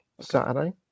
Saturday